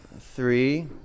three